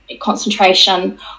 concentration